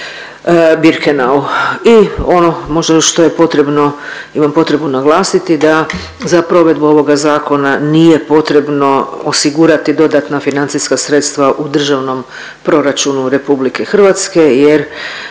I ono možda još što je potrebno, imam potrebu naglasiti da za provedbu ovoga zakona nije potrebno osigurati dodatna financijska sredstva u Državnom proračunu RH jer